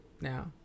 Now